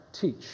teach